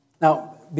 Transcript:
Now